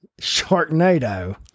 Sharknado